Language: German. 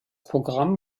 programm